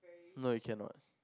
no you cannot